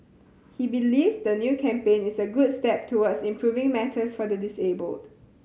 he believes the new campaign is a good step towards improving matters for the disabled